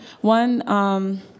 one